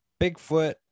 Bigfoot